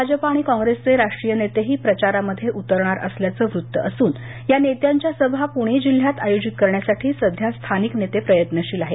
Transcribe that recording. भाजपा आणि काँग्रेसचे राष्ट्रीय नेतेही प्रचारामध्ये उतरणार असल्याचं वृत्त असून या नेत्यांच्या सभा पुणे जिल्ह्यात आयोजित करण्यासाठी सध्या स्थानिक नेते प्रयत्नशील आहेत